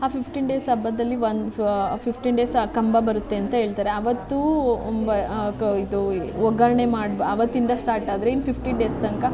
ಆ fifteen days ಹಬ್ಬದಲ್ಲಿ one fifteen days ಆ ಕಂಬ ಬರುತ್ತೆ ಅಂತ ಹೇಳ್ತಾರೆ ಅವತ್ತು ಇದು ಒಗ್ಗರಣೆ ಮಾಡಿ ಅವತ್ತಿಂದ ಸ್ಟಾರ್ಟ್ ಆದರೆ ಇನ್ನು ಫಿಫ್ಟೀನ್ ಡೇಸ್ ತನಕ